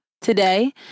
today